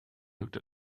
looked